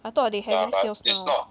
I thought they having sales now